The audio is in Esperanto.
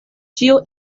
ĉio